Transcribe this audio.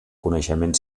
coneixement